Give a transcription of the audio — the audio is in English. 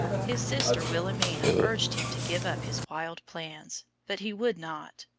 his sister wilhelmina urged him to give up his wild plans, but he would not.